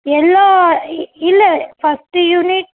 எல்லாம் இ இல்லை ஃபஸ்ட்டு யூனிட்